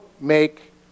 make